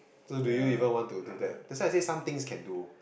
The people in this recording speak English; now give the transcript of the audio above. so do you even want to do that that's why I say some things can do